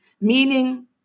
Meaning